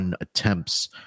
attempts